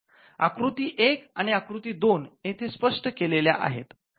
आकृती १ आणि आकृती २ येथे स्पष्ट केलेल्या आहेत